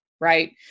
right